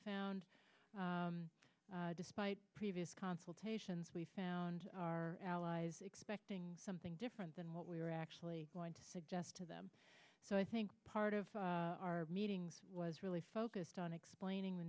found despite previous consultations we found our allies expecting something different than what we were actually going to suggest to them so i think part of our meetings was really focused on explaining the